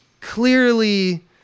clearly